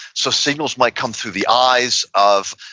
so, signals might come through the eyes of,